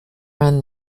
run